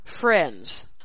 friends